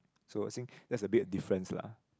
so I think that's the bit of difference lah